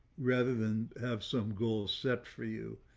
rather than have some goals set for you,